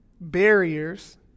barriers